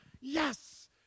yes